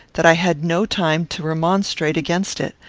that i had no time to remonstrate against it.